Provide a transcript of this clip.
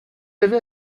avez